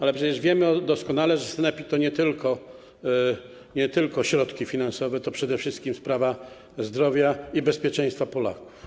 Ale przecież wiemy doskonale, że sanepid to nie tylko środki finansowe, to przede wszystkim sprawa zdrowia i bezpieczeństwa Polaków.